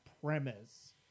premise